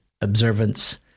observance